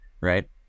right